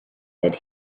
that